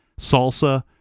salsa